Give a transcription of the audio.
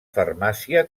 farmàcia